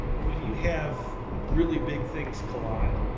when you have really big things collide.